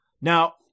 Now